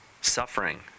suffering